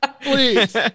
Please